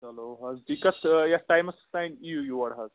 چلو حظ تُہۍ کَتھ یتھ ٹایمس تام یِیو یور حظ